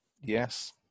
Yes